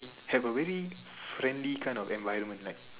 have a really friendly kind of environment like